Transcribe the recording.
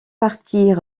partir